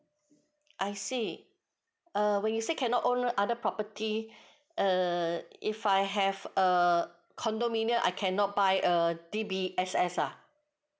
I see err when you say cannot own other property err if I have a condominium I cannot buy a D_B_S_S ah